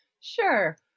Sure